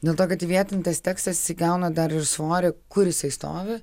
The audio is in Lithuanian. dėl to kad įvietintas tekstas įgauna dar ir svorio kur jisai stovi